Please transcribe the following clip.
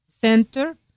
Center